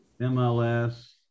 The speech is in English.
MLS